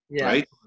right